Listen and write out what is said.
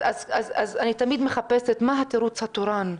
אז אני תמיד מחפשת מה התירוץ התורן,